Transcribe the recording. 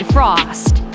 Frost